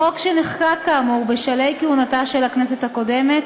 החוק, שנחקק כאמור בשלהי כהונתה של הכנסת הקודמת,